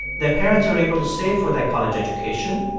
their parents are able to save for their college education,